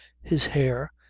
his hair,